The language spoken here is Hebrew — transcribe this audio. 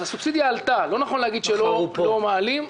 אבל הסובסידיה עלתה, לא נכון להגיע שלא מעלים.